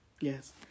Yes